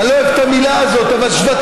אני לא אוהב את המילה הזאת, אבל שבטים-שבטים.